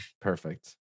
perfect